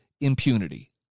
impunity